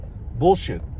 bullshit